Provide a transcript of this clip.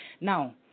Now